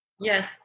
yes